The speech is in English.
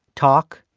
talk,